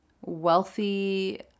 wealthy